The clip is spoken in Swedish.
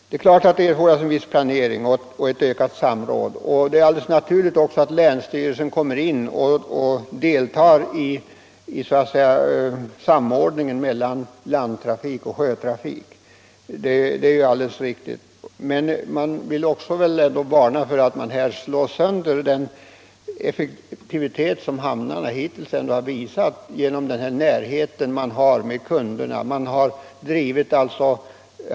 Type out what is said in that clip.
Det är klart att det fordras en viss planering och ett ökat samråd. Det är också naturligt att länsstyrelsen deltar i samordningen mellan landtrafik och sjötrafik. Jag vill dock varna för att man här slår sönder den effektivitet som hamnarna hittills ändå haft genom den närhet de har till kunderna.